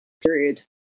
period